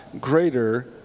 greater